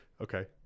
okay